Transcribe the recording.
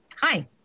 Hi